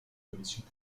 commissions